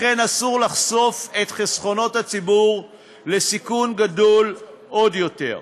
לכן אסור לחשוף את חסכונות הציבור לסיכון גדול עוד יותר.